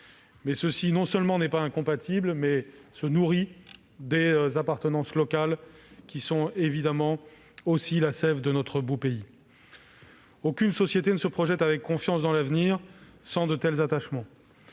n'est non seulement pas incompatible, mais se nourrit des appartenances locales qui sont évidemment aussi la sève de notre beau pays. Aucune société ne se projette avec confiance dans l'avenir sans de tels attachements.